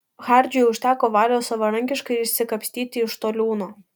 hardžiui užteko valios savarankiškai išsikapstyti iš to liūno